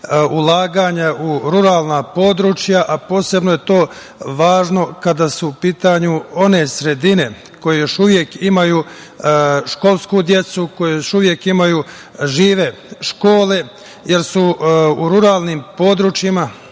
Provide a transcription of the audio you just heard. ulaganja u ruralna područja, a posebno je to važno kada su u pitanju one sredine koje još uvek imaju školsku decu, koje još uvek imaju žive škole, jer su u ruralnim područjima,